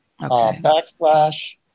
backslash